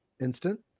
instant